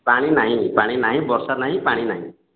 ପାଣି ନାହିଁ ପାଣି ନାହିଁ ବର୍ଷା ନାହିଁ ପାଣି ନାହିଁ